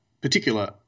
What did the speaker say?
particular